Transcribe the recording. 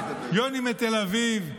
יוני מתל אביב,